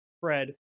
Fred